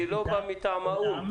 אני לא בא מטעם האו"ם.